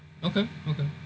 okay okay